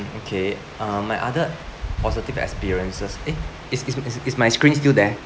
okay uh my other positive experiences eh is is is is my screen still there